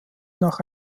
nach